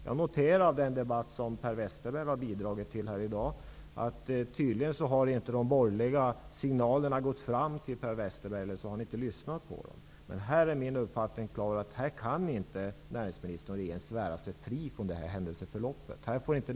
Jag noterar av den debatt som Per Westerberg har bidragit till här i dag att de borgerliga signalerna tydligen inte har gått fram till honom eller också har han inte lyssnat på dem. Jag har dock den klara uppfattningen att näringsministern och regeringen inte kan svära sig fria från följderna av det som har hänt.